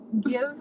give